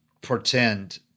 pretend